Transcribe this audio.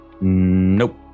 Nope